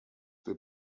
der